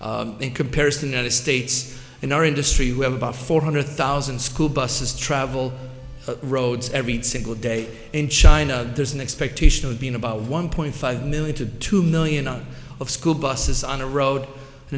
in comparison united states in our industry we have about four hundred thousand school buses travel roads every single day in china there's an expectation of being about one point five million to two million on of school buses on the road